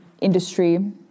industry